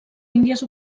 índies